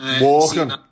Walking